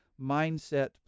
mindset